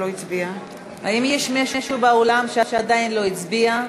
האם יש מישהו באולם שעדיין לא הצביע?